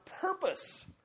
purpose